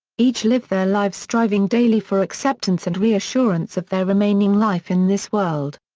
each live their lives striving daily for acceptance and reassurance of their remaining life in this world.